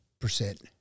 percent